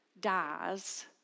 dies